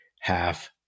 half